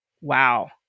wow